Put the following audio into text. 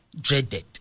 dreaded